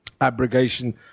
abrogation